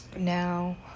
now